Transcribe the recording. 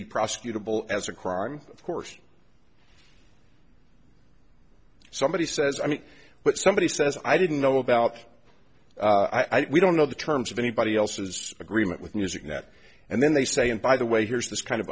be prosecutable as a crime of course somebody says i mean but somebody says i didn't know about i don't know the terms of anybody else's agreement with music that and then they say and by the way here's this kind of